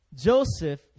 Joseph